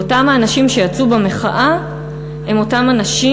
ואותם אנשים שיצאו במחאה הם אותם אנשים